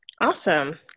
Awesome